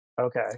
Okay